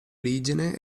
origine